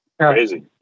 Crazy